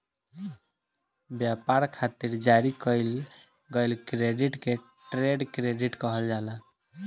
ब्यपार खातिर जारी कईल गईल क्रेडिट के ट्रेड क्रेडिट कहल जाला